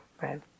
right